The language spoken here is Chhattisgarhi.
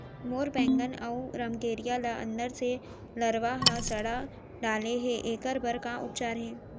मोर बैगन अऊ रमकेरिया ल अंदर से लरवा ह सड़ा डाले हे, एखर बर का उपचार हे?